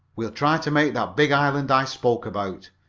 we'll try to make that big island i spoke about,